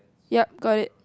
ye got it